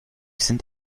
sind